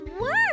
work